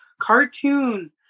cartoon